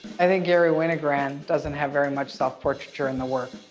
i think garry winogrand doesn't have very much self-portraiture in the work.